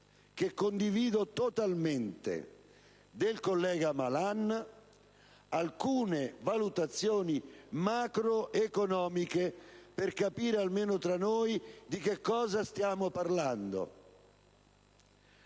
che condivido totalmente, del collega Malan alcune valutazioni macreconomiche, per capire almeno tra noi di che cosa stiamo parlando.